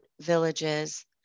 villages